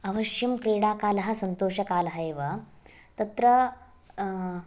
अवश्यं क्रीडाकाल सन्तोषकाल एव तत्र